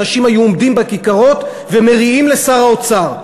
אנשים היו עומדים בכיכרות ומריעים לשר האוצר.